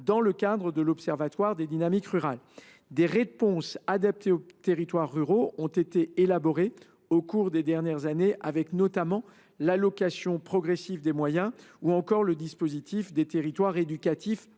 dans le cadre de l’Observatoire des dynamiques rurales. Des réponses adaptées aux territoires ruraux ont été élaborées au cours des dernières années, notamment l’allocation progressive des moyens ou encore le dispositif des territoires éducatifs